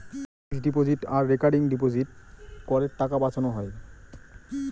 fixed deposit আর recurring ডিপোজিটে করের টাকা বাঁচানো হয়